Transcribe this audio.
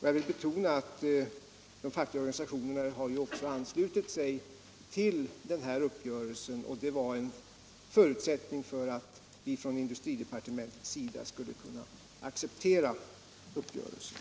Jag vill betona att de fackliga organisationerna också har anslutit sig till den här uppgörelsen, och det var en förutsättning för att vi från industridepartementets sida skulle kunna acceptera uppgörelsen.